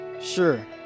Sure